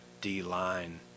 D-line